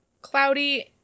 cloudy